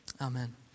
Amen